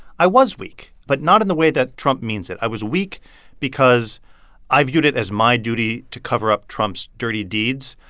i was weak, but not in the way that trump means it. i was weak because i viewed it as my duty to cover up trump's dirty deeds.